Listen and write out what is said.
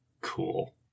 Cool